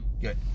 Good